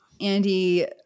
Andy